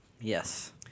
Yes